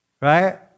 Right